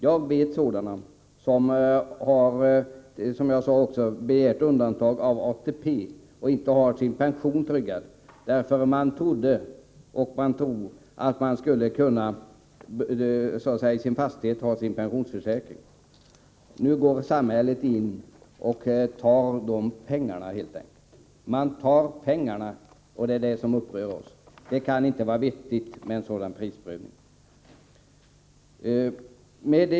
Jag känner till sådana som har begärt undantag från ATP och inte har sin pension tryggad. De har trott — och tror — att de skulle kunna ha sin pensionsförsäkring i fastigheten. Nu går samhället in och tar dessa pengar. Det är det som upprör oss. Det kan inte vara vettigt med en sådan prisprövning.